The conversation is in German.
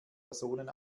personen